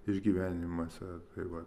išgyvenimuose taip vat